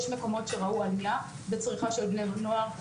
יש מקומות שראו עלייה בצריכה של בני הנוער,